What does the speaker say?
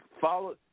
follow